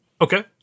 Okay